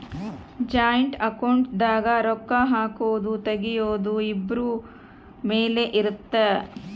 joint account ದಾಗ ರೊಕ್ಕ ಹಾಕೊದು ತೆಗಿಯೊದು ಇಬ್ರು ಮೇಲೆ ಇರುತ್ತ